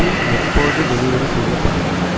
cookie எப்போது delivery செய்யப்படும்